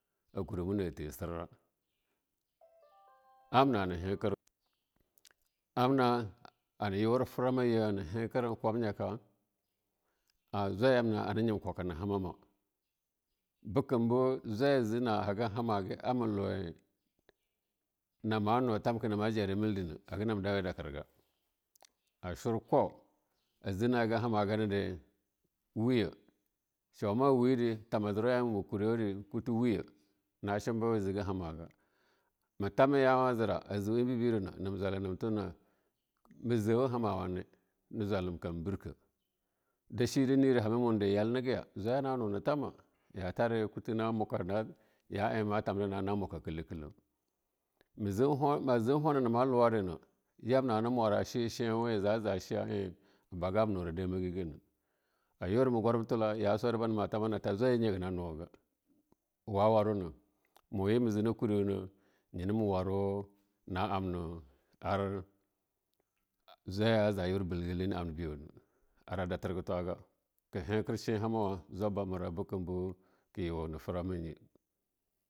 A kuramu na the sirra amna hana hete amma hana yore frama ye hankar kumnyaka hana nyab zwanyabna hana nyeb kulakuna ma en hamama. Bekam be jwaya aje nahega hamage arma huwe nama jare milde ne haga nab dawe dakirga, a churka a je na eh hagan hamaga dena wiye, shuma a wadina a tam a jirwu ya-en kuriwa dina kute wuya na sham biya jigen hamaga ma tama yawa a jira, a je ebebira nam jwale na tuna me je ebebrai nam jwale na tema me jawo hama wamo na jwala kambirke da shinere hama muna da na jwala kam barka da shimere hama muna da na jwala kam barka da shimere hama muna da yalnege ya yatare kuta na muka ya yareh ma tamdare na muka kam kelau-kelau. Ma jan hona ma muware ne yamna hana mura she shainwa a jaja za shi shemo wa abaga am nuwa dandega ne baba yora gwaram thela ya suwa de bana ma tama na ta zwai ye ni haga na nuwuga wa war ukma ye a je kuriwa ne ya na ma warwe zwaiya a ja yore na amnanah a jore bilgale na ne ammna biyona ar a dafir ga tenaga ke hetir che hamama zulaba bamera bekam be ke yo ni framanye.